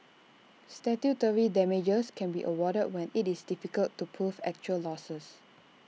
statutory damages can be awarded when IT is difficult to prove actual losses